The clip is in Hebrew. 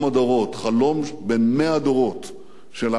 חלום בן מאה דורות של העם היהודי.